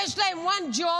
יש להם one job,